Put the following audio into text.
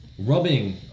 Rubbing